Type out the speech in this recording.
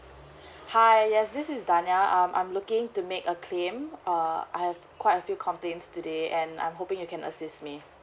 hi yes this is danya um I'm looking to make a claim uh I've quite a few complaints today and I'm hoping you can assist me